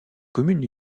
communes